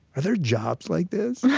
are there jobs like this? yeah